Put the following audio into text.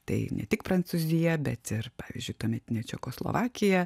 tai ne tik prancūziją bet ir pavyzdžiui tuometinė čekoslovakija